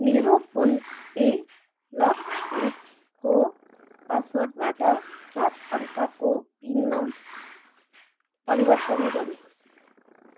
मेरो PhonePe lock फोनको पासवर्डबाट सात अङ्काको पिनमा परिवर्तन गर्नुहोस्